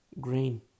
grain